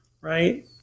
Right